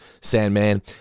Sandman